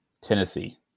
tennessee